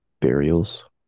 burials